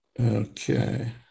Okay